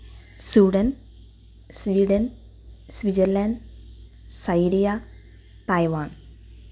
Sudan Sweden Switzerland Syria Taiwan